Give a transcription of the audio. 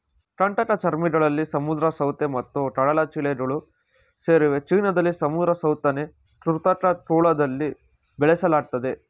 ಕಂಟಕಚರ್ಮಿಗಳಲ್ಲಿ ಸಮುದ್ರ ಸೌತೆ ಮತ್ತು ಕಡಲಚಿಳ್ಳೆಗಳು ಸೇರಿವೆ ಚೀನಾದಲ್ಲಿ ಸಮುದ್ರ ಸೌತೆನ ಕೃತಕ ಕೊಳದಲ್ಲಿ ಬೆಳೆಸಲಾಗ್ತದೆ